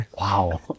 Wow